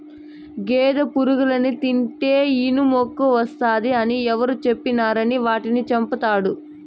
గేదె పురుగుల్ని తింటే ఇనుమెక్కువస్తాది అని ఎవరు చెప్పినారని వాటిని చంపతండాడు